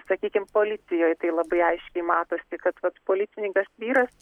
sakykim policijoj tai labai aiškiai matosi kad vat policininkas vyras